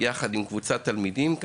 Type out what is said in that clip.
ביחד עם קבוצת תלמידים.